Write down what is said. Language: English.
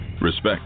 Respect